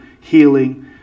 Healing